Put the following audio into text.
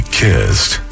kissed